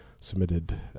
submitted